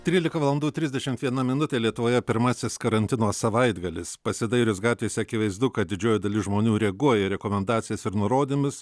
trylika valandų trisdešimt viena minutė lietuvoje pirmasis karantino savaitgalis pasidairius gatvėse akivaizdu kad didžioji dalis žmonių reaguoja į rekomendacijas ir nurodymus